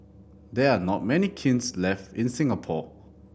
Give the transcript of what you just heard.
there are not many kilns left in Singapore